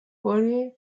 более